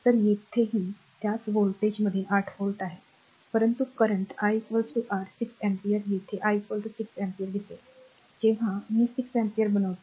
तर इथेही त्याच व्होल्टेज मध्ये 8 व्होल्ट आहे परंतु करंट I r 6 एम्पीयर येथे I 6 अँपीअर दिसेल जेव्हा मी 6 अँपिअर बनवितो